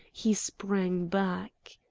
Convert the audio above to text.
he sprang back.